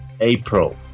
April